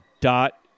dot